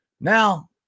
now